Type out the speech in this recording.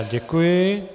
Děkuji.